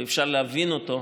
ואפשר להבין אותו,